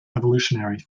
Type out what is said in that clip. evolutionary